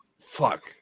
Fuck